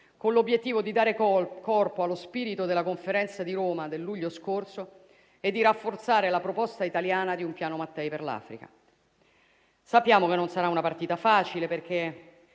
con l'obiettivo di dare corpo allo spirito della Conferenza di Roma del luglio scorso e di rafforzare la proposta italiana di un Piano Mattei per l'Africa. Sappiamo che non sarà una partita facile perché